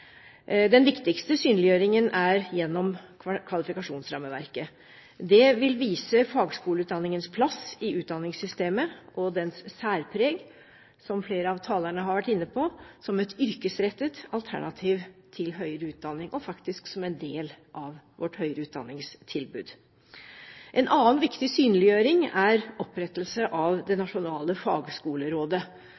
Den viktigste synliggjøringen er gjennom kvalifikasjonsrammeverket. Det vil vise fagskoleutdanningens plass i utdanningssystemet og dens særpreg, som flere av talerne har vært inne på, som et yrkesrettet alternativ til høyere utdanning, og faktisk som en del av vårt høyere utdanningstilbud. En annen viktig synliggjøring er opprettelse av det